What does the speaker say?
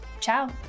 Ciao